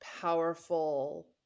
powerful